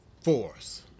force